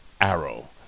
Arrow